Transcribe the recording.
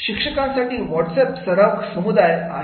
शिक्षकांसाठी व्हाट्सअप सरावाचा समुदाय आहे